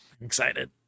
Excited